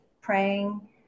praying